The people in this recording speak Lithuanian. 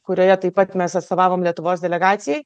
kurioje taip pat mes atstovavom lietuvos delegacijai